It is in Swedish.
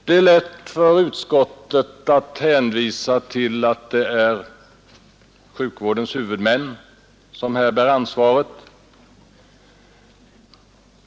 Det är lätt för utskottet att hänvisa till att det är sjukvårdens huvudmän som här bär ansvaret.